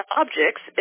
objects